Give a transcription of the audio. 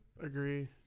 Agree